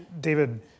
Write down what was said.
David